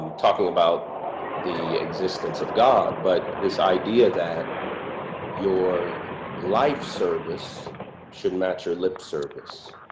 um talking about the existence of god, but this idea that your life service should match your lip service.